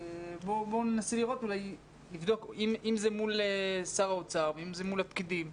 בואו ננסה לראות אם זה מול שר האוצר ואם זה מול הפקידים,